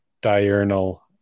diurnal